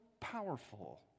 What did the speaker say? powerful